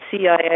CIA